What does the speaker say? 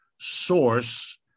source